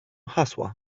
hasła